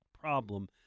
problem